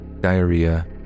diarrhea